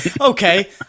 okay